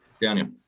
Daniel